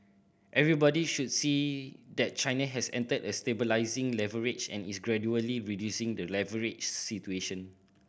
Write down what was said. everybody should see that China has entered a stabilising leverage and is gradually reducing the leverage situation